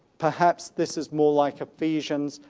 perhaps this is more like ephesians,